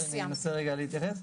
אני אנסה רגע להתייחס.